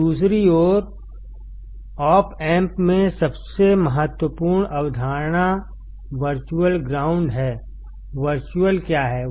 दूसरी और op amp में सबसे महत्वपूर्ण अवधारणा वर्चुअलग्राउंड हैवर्चुअल क्या है